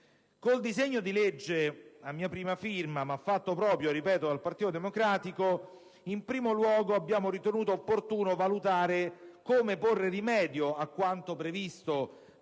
Col disegno di legge, a mia prima firma, ma fatto proprio - ripeto - dal Partito Democratico, in primo luogo abbiamo ritenuto opportuno valutare come porre rimedio a quanto previsto